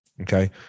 Okay